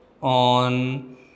on